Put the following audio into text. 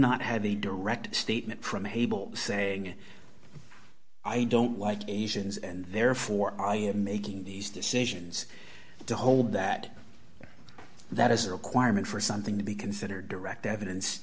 not have a direct statement from a table saying i don't like asians and therefore i am making these decisions to hold that that is a requirement for something to be considered direct evidence